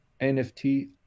NFT